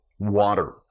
water